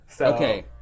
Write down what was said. okay